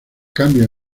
cambios